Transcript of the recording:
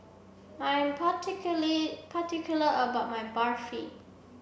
I am particular about my Barfi